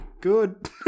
good